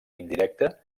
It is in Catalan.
indirecta